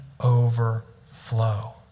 overflow